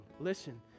Listen